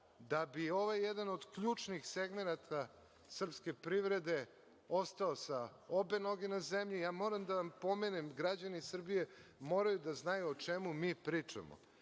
da bi jedan od ključnih segmenata srpske privrede ostao sa obe noge na zemlji. Moram da pomenem, građani Srbije moraju da znaju o čemu mi pričamo.